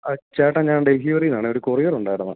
ചേട്ടാ ഞാൻ ഡെൽഹിവെറിയിൽനിന്നാണെ ഒരു കൊറിയർ ഉണ്ടായിരുന്നു